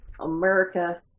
America